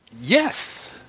yes